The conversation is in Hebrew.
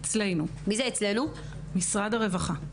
אצלנו במשרד הרווחה.